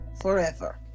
forever